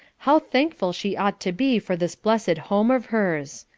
how thankful she ought to be for this blessed home of hers.